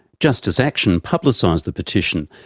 justice action publicised the petition,